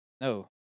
no